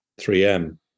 3M